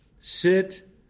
sit